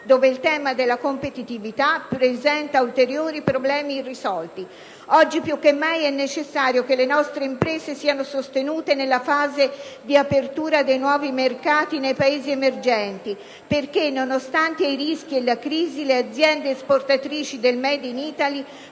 dove il tema della competitività presenta ulteriori problemi irrisolti. Oggi più che mai è necessario che le nostre imprese siano sostenute nella fase di apertura dei nuovi mercati nei paesi emergenti perché, nonostante i rischi e la crisi, le aziende esportatrici del *made in Italy*